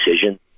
decision